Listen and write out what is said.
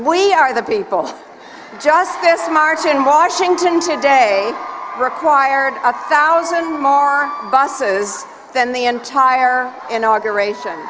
we are the people just this march in washington today require a thousand more buses than the entire inauguration